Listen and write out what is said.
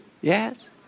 Yes